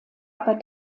aber